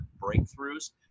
breakthroughs